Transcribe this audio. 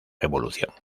revolución